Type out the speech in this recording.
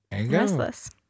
restless